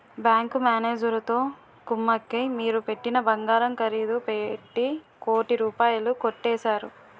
bank మేనేజరుతో కుమ్మక్కై మీరు పెట్టిన బంగారం ఖరీదు పెట్టి కోటి రూపాయలు కొట్టేశారు